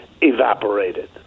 evaporated